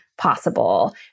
possible